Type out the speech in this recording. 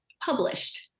published